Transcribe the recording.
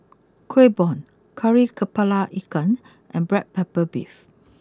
Kueh Bom Kari Kepala Ikan and Black Pepper Beef